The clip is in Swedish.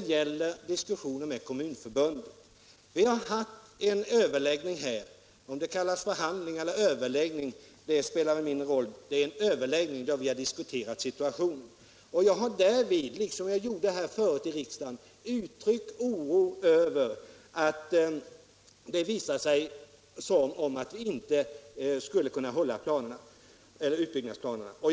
Beträffande diskussioner med Kommunförbundet vill jag säga att vi har haft en överläggning. Om det kallas förhandling eller överläggning spelar mindre roll — vi har diskuterat situationen. Därvid har jag, liksom jag tidigare gjort i riksdagen, uttryckt oro över att det ser ut som om utbyggnadsplanerna inte skulle kunna hållas. Jag